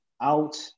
out